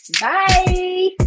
Bye